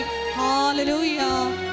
Hallelujah